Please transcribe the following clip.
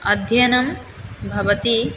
अध्ययनं भवति